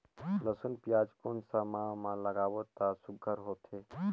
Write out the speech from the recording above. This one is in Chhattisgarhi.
लसुन पियाज कोन सा माह म लागाबो त सुघ्घर होथे?